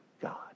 God